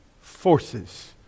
forces